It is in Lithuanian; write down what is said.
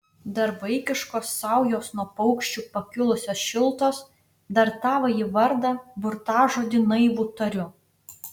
dar vaikiškos saujos nuo paukščių pakilusių šiltos dar tavąjį vardą burtažodį naivų tariu